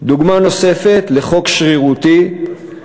דוגמה נוספת לחוק שרירותי, קשוח,